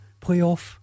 playoff